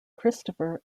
christopher